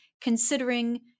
considering